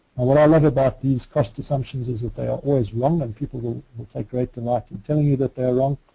what i love about these cost assumptions is that they are always wrong and people will will take great delight in telling you that they are wrong.